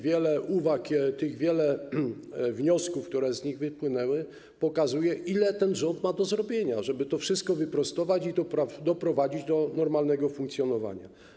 Wiele uwag, wiele wniosków, które z nich wypłynęły, pokazuje, ile ten rząd ma do zrobienia, żeby to wszystko wyprostować i doprowadzić do normalnego funkcjonowania.